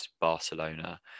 Barcelona